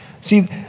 See